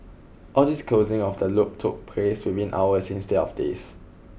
all this closing of the loop took place within hours instead of days